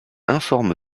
informe